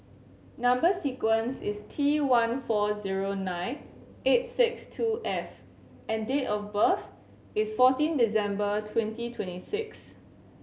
number sequence is T one four zero nine eight six two F and date of birth is fourteen December twenty twenty six